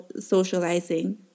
socializing